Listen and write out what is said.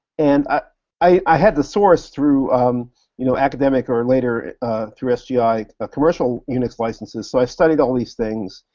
and ah i had the source through um you know academic or later through sgi ah commercial unix licenses, so i studied all these things,